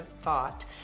thought